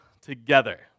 together